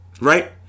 right